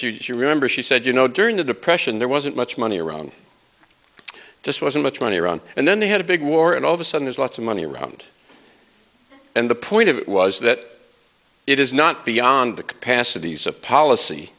would you remember she said you know during the depression there wasn't much money around just wasn't much money around and then they had a big war and all of a sudden is lots of money around and the point of it was that it is not beyond the capacities of policy